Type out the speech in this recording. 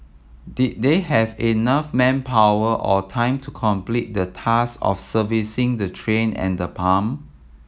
did they have enough manpower or time to complete the task of servicing the train and the pump